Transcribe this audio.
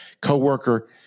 coworker